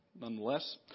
nonetheless